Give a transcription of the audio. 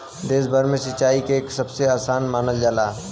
देश भर में सिंचाई के सबसे आसान मानल जाला